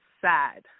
sad